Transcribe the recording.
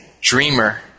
Dreamer